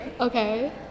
Okay